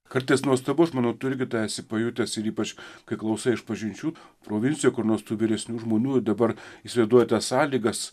kartais nuostabus žmonių tu irgi tą esi pajutęs ir ypač kai klausai išpažinčių provincijoj kur nors tų vyresnių žmonių dabar įsivaizduoja tas sąlygas